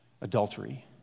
adultery